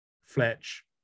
Fletch